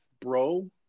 bro